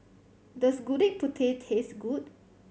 does Gudeg Putih taste good